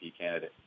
candidate